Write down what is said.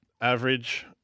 average